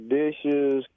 dishes